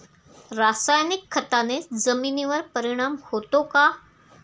रासायनिक खताने जमिनीवर परिणाम होतो का?